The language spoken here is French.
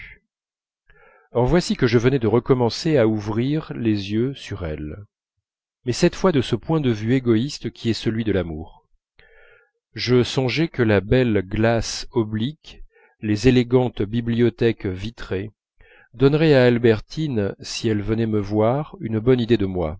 or voici que je venais de recommencer à ouvrir les yeux sur elle mais cette fois-ci de ce point de vue égoïste qui est celui de l'amour je songeais que la belle glace oblique les élégantes bibliothèques vitrées donneraient à albertine si elle venait me voir une bonne idée de moi